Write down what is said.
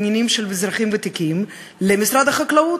לאזרחים ותיקים למשרד החקלאות.